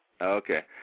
Okay